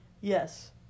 Yes